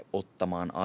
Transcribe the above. ottamaan